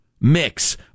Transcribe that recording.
mix